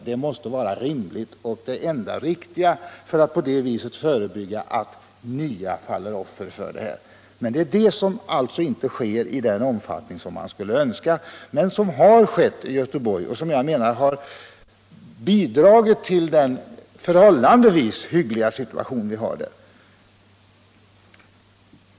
Det måste vara rimligt och det enda riktiga för att på det viset förebygga att nya människor faller offer för missbruket. Det sker inte i den omfattning man skulle önska, men det har skett i Göteborg. Och jag menar att det har bidragit till den förhållandevis hyggliga situation vi har där.